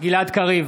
גלעד קריב,